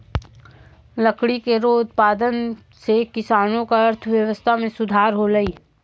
लकड़ी केरो उत्पादन सें किसानो क अर्थव्यवस्था में सुधार हौलय